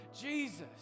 Jesus